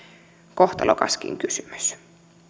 kohtalokaskin kysymys